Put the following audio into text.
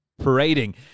parading